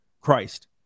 Christ